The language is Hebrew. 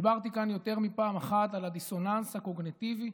דיברתי כאן יותר מפעם אחת על הדיסוננס הקוגניטיבי,